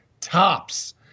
tops